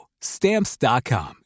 Stamps.com